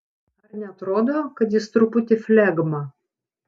ar neatrodo kad jis truputį flegma